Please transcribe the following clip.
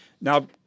Now